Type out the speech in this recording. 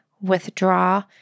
withdraw